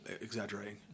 exaggerating